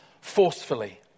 forcefully